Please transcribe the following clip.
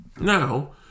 Now